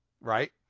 right